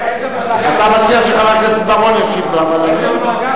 אתה מציע שחבר הכנסת בר-און ישיב לו, אבל, רבותי,